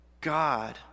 God